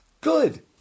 Good